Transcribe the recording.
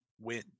win